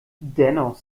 dennoch